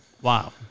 Wow